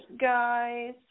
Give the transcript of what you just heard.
guys